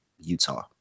utah